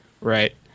Right